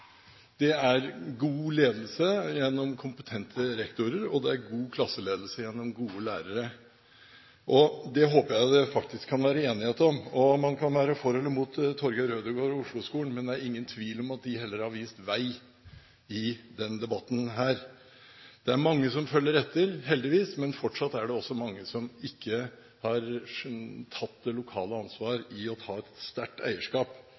er god klasseledelse gjennom gode lærere. Det håper jeg det faktisk kan være enighet om. Man kan være for eller mot Torger Ødegaard og Osloskolen, men det er heller ingen tvil om at de har vist vei i denne debatten. Det er mange som følger etter, heldigvis, men fortsatt er det også mange som ikke har tatt det lokale ansvaret ved å ta et sterkt eierskap.